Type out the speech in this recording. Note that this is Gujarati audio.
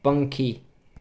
પંખી